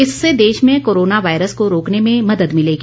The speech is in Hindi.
इससे देश में कोरोना वायरस को रोकने में मदद मिलेगी